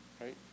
Right